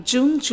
June